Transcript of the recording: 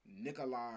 Nikolai